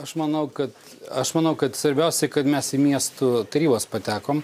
aš manau kad aš manau kad svarbiausia kad mes į miestų tarybas patekom